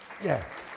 Yes